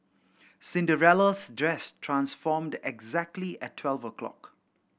Cinderella's dress transformed exactly at twelve o' clock